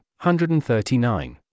139